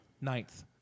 Ninth